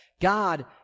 God